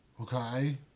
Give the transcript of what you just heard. Okay